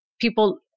People